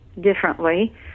differently